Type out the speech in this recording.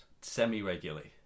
Semi-regularly